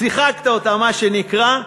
שיחקת אותה, מה שנקרא.